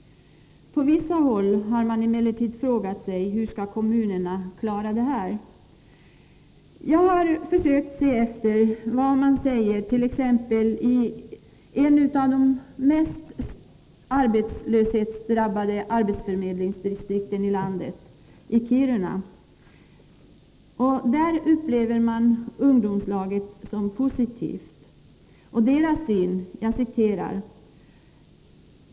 På vissa håll har man emellertid frågat hur kommunerna skall klara detta. Jag har försökt ta reda på hur man reagerar i ett av de mest arbetslöshetsdrabbade distrikten i landet, i Kiruna. Där upplever man förslaget om ungdomslag som positivt.